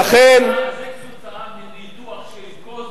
זה כתוצאה מניתוח של cause-and-effect,